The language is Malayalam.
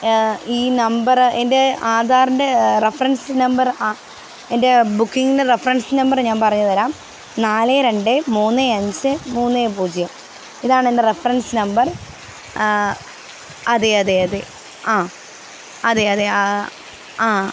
ഈ നമ്പറ് എൻ്റെ ആധാറിൻ്റെ റഫറന്സ് നമ്പര് എൻ്റെ ബുക്കിംഗ് റഫറന്സ് നമ്പറ് ഞാന് പറഞ്ഞുതരാം നാല് രണ്ട് മൂന്ന് അഞ്ച് മൂന്ന് പൂജ്യം ഇതാണെൻ്റെ റഫറന്സ് നമ്പര് അതെയതെ അതെ ആ അതെയതെ ആ ആ